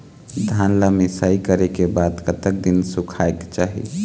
धान ला मिसाई करे के बाद कतक दिन सुखायेक चाही?